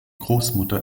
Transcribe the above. großmutter